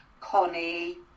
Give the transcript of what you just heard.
Connie